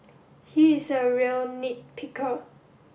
he is a real nit picker